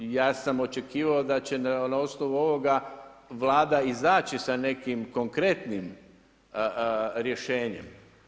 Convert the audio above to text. Ja sam očekivao da ćemo na osnovu ovoga, vlada izaći sa nekim konkretnim rješenjem.